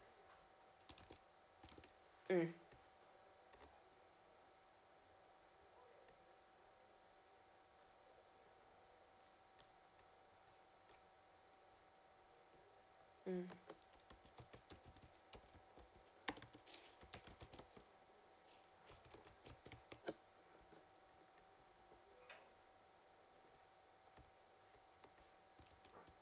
mm mm